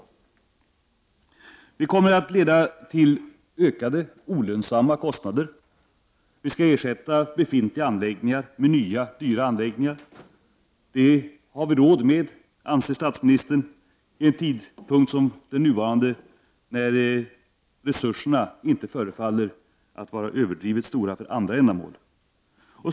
Beslutet kommer att leda till ökade olönsamma kostnader. Vi skall ersätta befintliga anläggningar med nya, dyra anläggningar. Det har vi råd med, an ser statsministern, vid en tidpunkt som den nuvarande, när resurserna inte förefaller att vara överdrivet stora för andra ändamål.